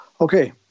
Okay